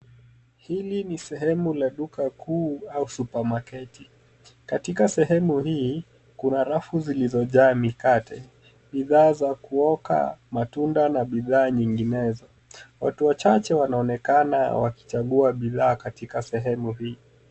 Hili ni sehemu la duka kuu au supamaketi. Katika sehemu hii kuna rafu zilizojaa mikate, bidhaa za kuoko, matunda na bidhaa nyinginezo. Watu wachache wanaonekana wakichagua bidhaa katika sehemu hii.